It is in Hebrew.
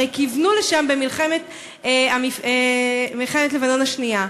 הרי כיוונו לשם במלחמת לבנון השנייה.